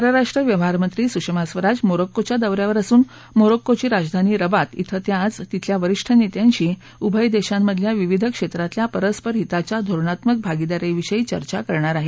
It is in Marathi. परराष्ट्र व्यवहार मंत्री सुषमा स्वराज मोरक्कोच्या दौऱ्यावर असून मोरक्को ची राजधानी रबात क्रें त्या आज तिथल्या वरिष्ठ नेत्यांशी उभय देशांमधल्या विविध क्षेत्रातल्या परस्पर हिताच्या धोरणात्मक भागीदारीविषयी चर्चा करणार आहेत